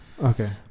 Okay